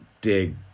dig